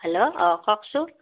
hello অঁ কওকচোন